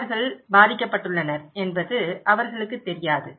அவர்கள் பாதிக்கப்பட்டுள்ளனர் என்பது அவர்களுக்குத் தெரியாது